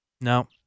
No